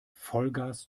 vollgas